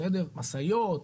משאיות,